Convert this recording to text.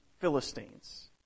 Philistines